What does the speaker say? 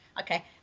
okay